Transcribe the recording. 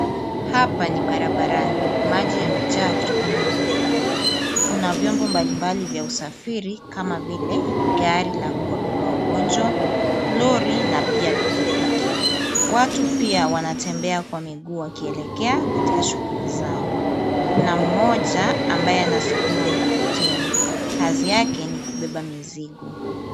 Hapa ni barabarani. Maji yamejaa kutokana na mvua. Kuna vyombo mbalimbali vya usafiri kama vile gari la kuwabeba wagonjwa, lori na pia pikipiki. Watu pia wanatembea kwa miguu wakielekea katika shughuli zao. Kuna mmoja ambaye anasukuma mkokoteni. Kazi yake ni kubeba mizigo.